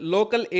Local